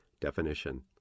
Definition